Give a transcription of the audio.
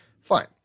Fine